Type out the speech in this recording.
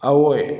ꯑꯋꯣꯏ